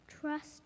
Trust